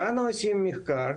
ואנחנו עושים מחקר,